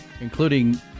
Including